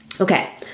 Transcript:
Okay